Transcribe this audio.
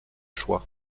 choix